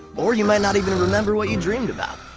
or you might not even remember what you dreamed about,